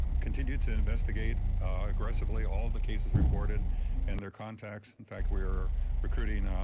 continued to investigate aggressively all the cases reported and their contacts. in fact, we are recruiting